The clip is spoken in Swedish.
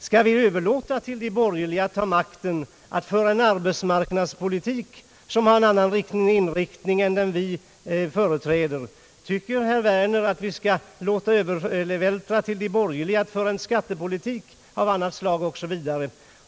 Skall vi överlåta till de borgerliga att ta makten, att föra en arbetsmarknadspolitik som har en annan inriktning än den vi företräder? Tycker herr Werner att vi skall överlåta till de borgerliga att föra en skattepolitik av annat slag osv.?